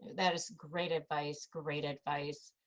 that is great advice. great advice.